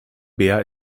bär